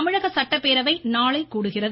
தமிழக சட்டப்பேரவை நாளை கூடுகிறது